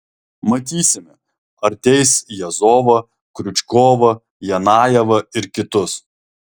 matysime ar teis jazovą kriučkovą janajevą ir kitus